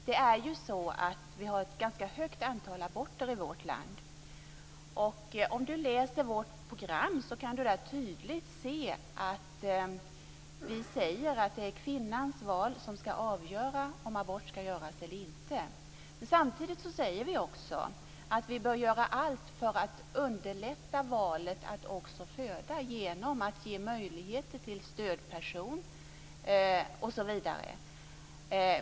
Fru talman! Vi har ett ganska stort antal aborter i vårt land. Om Camilla Sköld läser vårt program kan hon där tydligt se att vi säger att det är kvinnans val som skall avgöra om abort skall göras eller inte. Men samtidigt säger vi att vi bör göra allt för att underlätta valet att föda genom att ge möjligheter till stödperson osv.